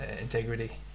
integrity